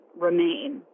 remain